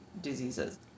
diseases